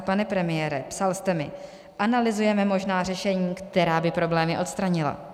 Pane premiére, psal jste mi: Analyzujeme možná řešení, která by problémy odstranila.